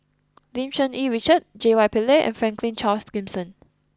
Lim Cherng Yih Richard J Y Pillay and Franklin Charles Gimson